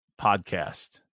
podcast